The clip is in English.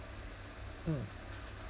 mm